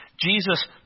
Jesus